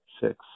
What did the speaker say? six